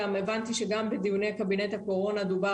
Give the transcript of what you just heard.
הבנתי שגם בדיוני קבינט הקורונה דובר